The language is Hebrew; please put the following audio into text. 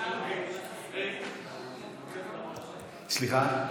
אפשר עמדה מהצד?